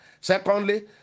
Secondly